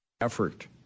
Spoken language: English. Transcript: effort